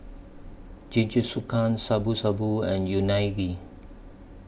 Jingisukan Shabu Shabu and Unagi